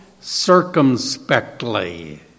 circumspectly